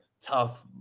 tough